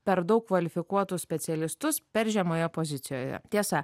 per daug kvalifikuotus specialistus per žemoje pozicijoje tiesa